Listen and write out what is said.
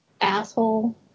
asshole